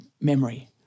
memory